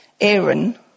Aaron